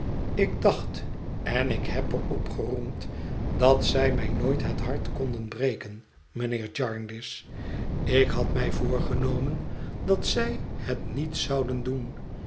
ik dacht en ik heb er op geroemd dat zij mij nooit het hart konden breken mijnheer jarndyce ik had mij voorgenomen dat zij het niet zouden doen